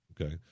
Okay